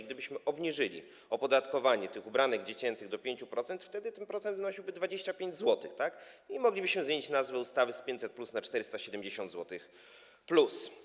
Gdybyśmy obniżyli opodatkowanie tych ubranek dziecięcych do 5%, wtedy ten procent wynosiłby 25 zł i moglibyśmy zmienić nazwę ustawy z 500+ na 475 zł+.